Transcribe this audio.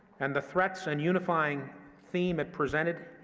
and the threats and unifying theme it presented,